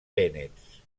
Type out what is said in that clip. vènets